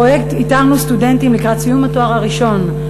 בפרויקט איתרנו סטודנטים לקראת סיום התואר הראשון,